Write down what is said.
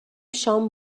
شام